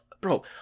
bro